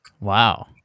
Wow